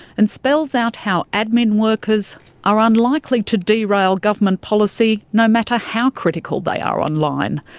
and spells out how admin workers are unlikely to derail government policy, no matter how critical they are online.